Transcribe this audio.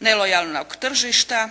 nelojalnog tržišta,